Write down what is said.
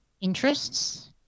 interests